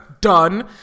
Done